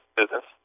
business